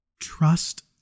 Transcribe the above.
trust